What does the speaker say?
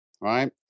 right